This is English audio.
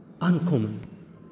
uncommon